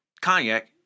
cognac